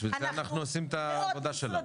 בשביל זה אנחנו עושים את העבודה שלנו.